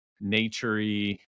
nature-y